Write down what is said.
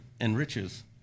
enriches